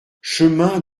chemin